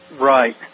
Right